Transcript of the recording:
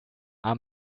are